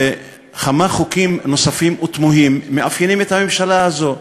וכמה חוקים נוספים ותמוהים מאפיינים את הממשלה הזאת,